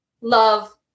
love